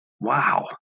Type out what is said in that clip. Wow